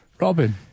Robin